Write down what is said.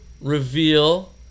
reveal